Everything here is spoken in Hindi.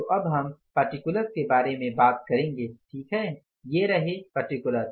तो अब हम पार्टीकूलर्स के बारे में बात करेंगे ठीक है ये रहे पार्टीकूलर्स